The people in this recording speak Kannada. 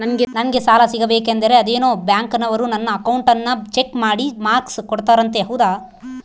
ನಂಗೆ ಸಾಲ ಸಿಗಬೇಕಂದರ ಅದೇನೋ ಬ್ಯಾಂಕನವರು ನನ್ನ ಅಕೌಂಟನ್ನ ಚೆಕ್ ಮಾಡಿ ಮಾರ್ಕ್ಸ್ ಕೊಡ್ತಾರಂತೆ ಹೌದಾ?